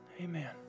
Amen